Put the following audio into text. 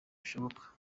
bishoboka